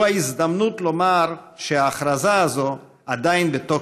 ההזדמנות לומר שההכרזה הזאת עדיין בתוקף.